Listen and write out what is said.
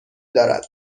دارد